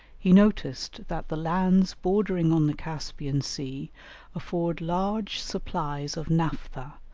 he noticed that the lands bordering on the caspian sea afford large supplies of naphtha,